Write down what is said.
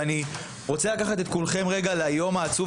ואני רוצה לקחת את כולכם רגע ליום העצוב